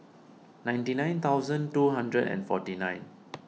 ninety nine thousand two hundred and forty nine